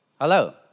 Hello